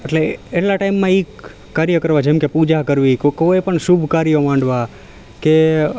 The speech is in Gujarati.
એટલે એટલા ટાઈમમાં એ કાર્ય કરવા જેમકે પૂજા કરવી કે કોઈપણ શુભ કાર્ય માંડવા કે